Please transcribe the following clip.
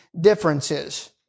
Differences